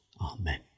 Amen